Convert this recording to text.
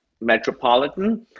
metropolitan